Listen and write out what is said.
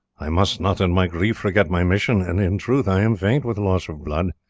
i must not in my grief forget my mission, and in truth i am faint with loss of blood.